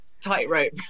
tightrope